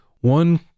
One